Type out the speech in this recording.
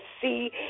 see